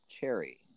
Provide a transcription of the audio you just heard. cherry